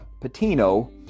Patino